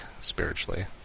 spiritually